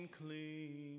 clean